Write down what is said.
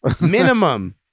Minimum